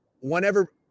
whenever